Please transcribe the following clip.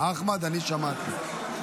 אחמד, אני שמעתי.